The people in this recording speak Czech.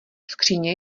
skříně